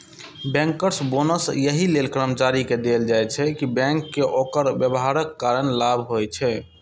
bankers bonus एहि लेल कर्मचारी कें देल जाइ छै, कि बैंक कें ओकर व्यवहारक कारण लाभ होइ छै